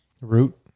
root